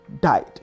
died